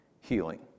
healing